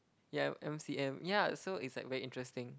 yeah M_C_M yeah so it's like very interesting